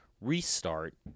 restart